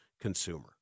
consumer